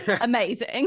amazing